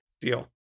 Deal